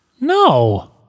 No